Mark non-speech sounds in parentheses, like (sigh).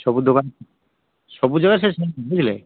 ସବୁ ଦୋକାନ ସବୁ ଜାଗା ସେ (unintelligible) ବୁଝିଲେ